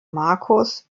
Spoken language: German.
marcus